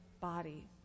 body